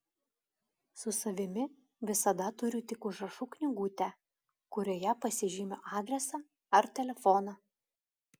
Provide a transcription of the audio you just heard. su savimi visada turiu tik užrašų knygutę kurioje pasižymiu adresą ar telefoną